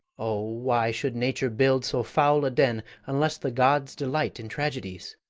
o, why should nature build so foul a den, unless the gods delight in tragedies?